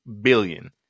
billion